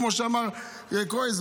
כמו שאמר קרויזר,